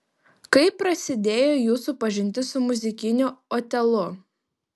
kaip prasidėjo jūsų pažintis su muzikiniu otelu